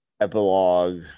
epilogue